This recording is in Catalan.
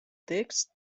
text